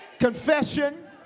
Confession